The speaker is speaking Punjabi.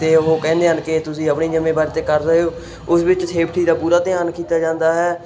ਅਤੇ ਉਹ ਕਹਿੰਦੇ ਹਨ ਕਿ ਤੁਸੀਂ ਆਪਣੀ ਜ਼ਿੰਮੇਵਾਰੀ 'ਤੇ ਕਰ ਰਹੇ ਹੋ ਉਸ ਵਿੱਚ ਸੇਫਟੀ ਦਾ ਪੂਰਾ ਧਿਆਨ ਕੀਤਾ ਜਾਂਦਾ ਹੈ